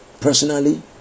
Personally